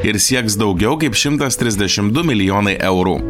ir sieks daugiau kaip šimtas trisdešim du milijonai eurų